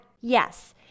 Yes